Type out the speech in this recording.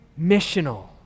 missional